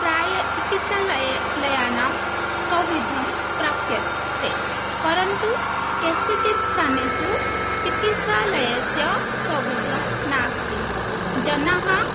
प्रायः चिकित्सालय लयानां सौविध्यं प्राप्यते परन्तु केषुचित् स्थानेषु चिकित्सालयस्य सौविध्यं नास्ति जनः